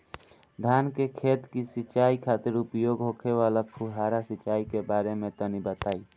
धान के खेत की सिंचाई खातिर उपयोग होखे वाला फुहारा सिंचाई के बारे में तनि बताई?